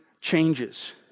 changes